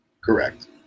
Correct